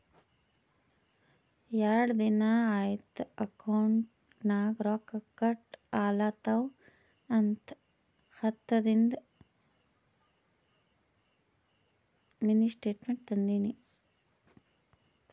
ಯಾಡ್ ದಿನಾ ಐಯ್ತ್ ಅಕೌಂಟ್ ನಾಗ್ ರೊಕ್ಕಾ ಕಟ್ ಆಲತವ್ ಅಂತ ಹತ್ತದಿಂದು ಮಿನಿ ಸ್ಟೇಟ್ಮೆಂಟ್ ತಂದಿನಿ